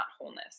wholeness